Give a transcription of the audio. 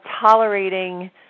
tolerating